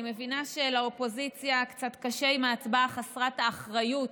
אני מבינה שלאופוזיציה קצת קשה עם ההצבעה חסרת האחריות